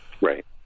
Right